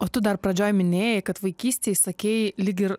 o tu dar pradžioj minėjai kad vaikystėj sakei lyg ir